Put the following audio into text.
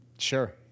Sure